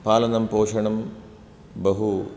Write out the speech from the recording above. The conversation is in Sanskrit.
पालनं पोषणं बहु